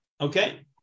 okay